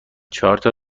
چهارتا